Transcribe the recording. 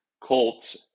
Colts